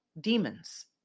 demons